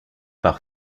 par